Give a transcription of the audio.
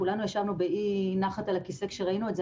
כולנו ישבנו באי נחת על הכיסא כשראינו את זה.